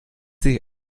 sich